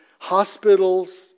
hospitals